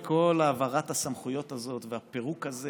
בכל העברת הסמכויות הזאת והפירוק הזה